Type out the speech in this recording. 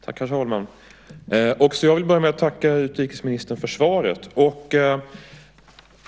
Herr talman! Också jag vill börja med att tacka utrikesministern för svaret.